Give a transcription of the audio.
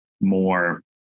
more